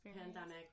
Pandemic